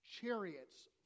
Chariots